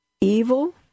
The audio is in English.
Evil